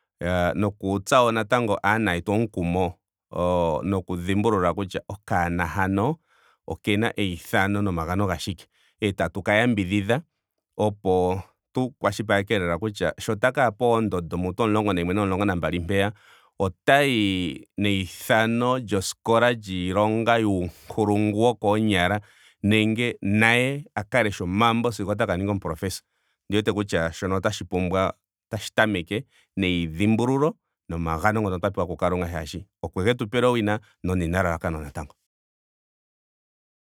Iyaa. nokutsa wo natango aana yetu omukumo. o- o--noku dhimbulula kutya okaana hano okena eithano nomagano gashike. Etatu ka yambdihidha opo tu kwashilipaleke lela kutya sho ta ka ya pondondo mutu omulongo nayimwe nomulongo nambali mpeya otayi neithano lyoskola lyiilonga yuunkulungu wookoonyala nenge naye a ka leshe omambo sigo a ka ninga omuprofessor ondi wete kutya shoka otashi pumbwa. otashi tameke neidhimbululo nomagano ngoka twa pewa ku kalunga shaashi okwege tu pela owina nonelalakano natango.